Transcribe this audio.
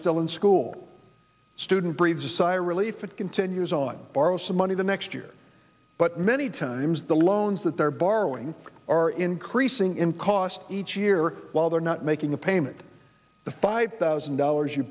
still in school student breathes a sigh of relief that continues on borrow some money the next year but many times the loans that they're borrowing are increasing in cost each year while they're not making the payments the five thousand dollars you